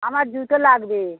আমার জুতো লাগবে